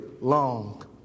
long